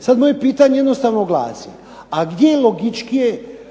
Sad moje pitanje jednostavno glasi a gdje je logičkije